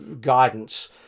guidance